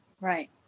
right